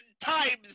TIMES